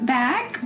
back